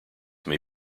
may